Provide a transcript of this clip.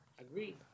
Agreed